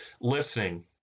listening